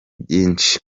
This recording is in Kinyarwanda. byinshi